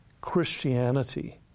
Christianity